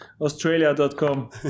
australia.com